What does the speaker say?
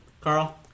Carl